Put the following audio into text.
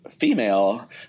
female